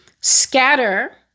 scatter